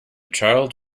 child